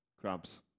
Crabs